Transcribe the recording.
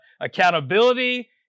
accountability